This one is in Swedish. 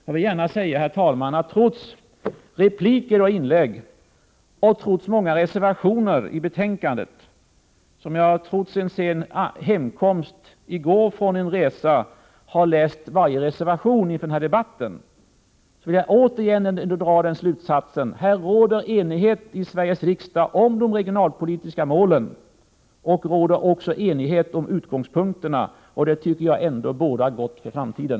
Jag vill gärna säga, herr talman, att trots repliker och inlägg och trots många reservationer i betänkandet — trots sen hemkomst i går från en resa har jag läst varje reservation inför den här debatten — vill jag återigen dra slutsatsen att det råder enighet i Sveriges riksdag om de regionalpolitiska målen, och att det också råder enighet om utgångspunkterna. Det tycker jag ändå bådar gott för framtiden.